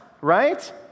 right